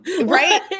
Right